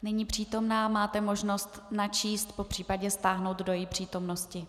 Není přítomná, máte možnost načíst, popřípadě stáhnout do její přítomnosti.